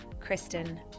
Kristen